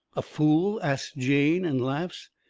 a fool? asts jane, and laughs.